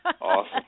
Awesome